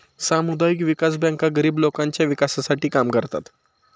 सामुदायिक विकास बँका गरीब लोकांच्या विकासासाठी काम करतात